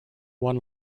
one